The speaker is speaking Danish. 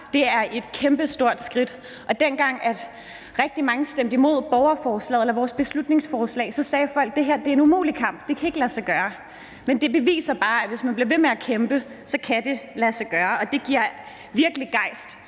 her er et kæmpestort skridt. Og dengang rigtig mange stemte imod borgerforslaget eller vores beslutningsforslag, sagde folk: Det her er en umulig kamp; det kan ikke lade sig gøre. Men det beviser bare, at hvis man bliver ved med at kæmpe, kan det lade sig gøre. Og det giver virkelig gejst